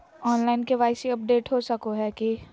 Online KYC update हो सको है की?